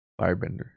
Firebender